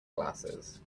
glasses